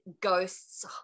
ghosts